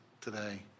today